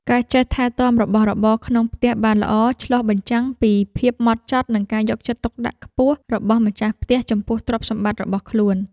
ការចេះថែទាំរបស់របរក្នុងផ្ទះបានល្អ ឆ្លុះបញ្ចាំងពីភាពហ្មត់ចត់ និងការយកចិត្តទុកដាក់ខ្ពស់របស់ម្ចាស់ផ្ទះចំពោះទ្រព្យសម្បត្តិរបស់ខ្លួន។